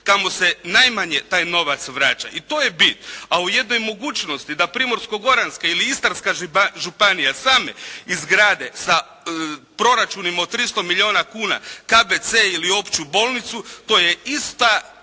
kamo se najmanje taj novac vraća. I to je bit. A o jednoj mogućnosti da Primorsko-goranska ili Istarska županija same izgrade sa proračunima od 300 milijuna kuna KBC ili opću bolnicu to je isto